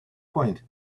point